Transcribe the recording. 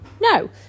no